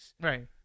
Right